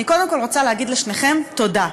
אני קודם כול רוצה להגיד לשניכם תודה.